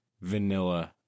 vanilla